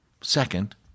Second